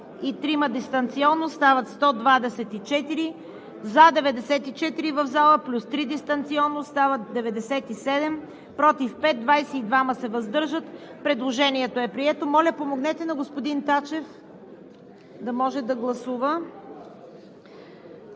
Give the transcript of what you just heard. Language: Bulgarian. и 3 дистанционно – стават 124. За – 94 в зала плюс 3 дистанционно – стават 97, против – 5, въздържали се – 22. Предложението е прието. Моля, помогнете на господин Тачев да може да гласува.